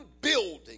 building